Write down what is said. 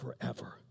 forever